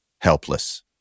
helpless